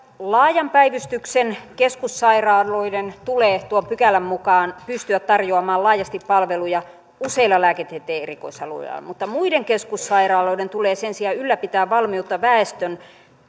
laajan päivystyksen keskussairaaloiden tulee tuon pykälän mukaan pystyä tarjoamaan laajasti palveluja useilla lääketieteen erikoisalueilla mutta muiden keskussairaaloiden tulee sen sijaan ylläpitää valmiutta väestön